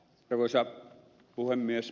arvoisa puhemies